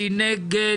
מי נגד?